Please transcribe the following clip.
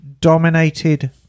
dominated